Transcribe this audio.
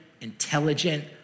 intelligent